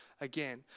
again